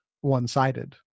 one-sided